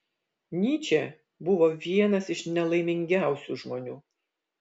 nyčė buvo vienas iš nelaimingiausių žmonių